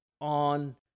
on